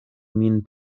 min